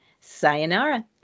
Sayonara